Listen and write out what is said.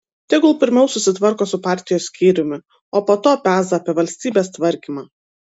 tegul pirmiau susitvarko su partijos skyriumi o po to peza apie valstybės tvarkymą